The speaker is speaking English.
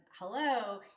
hello